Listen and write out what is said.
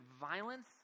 violence